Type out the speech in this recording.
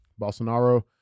Bolsonaro